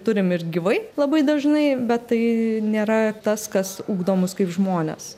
turim ir gyvai labai dažnai bet tai nėra tas kas ugdo mus kaip žmones